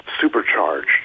supercharged